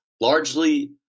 largely